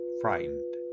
frightened